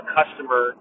customer